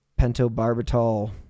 pentobarbital